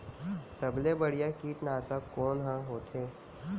सबले बढ़िया कीटनाशक कोन ह होथे?